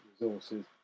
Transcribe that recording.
resources